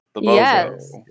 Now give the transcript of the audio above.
Yes